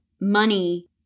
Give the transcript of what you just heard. money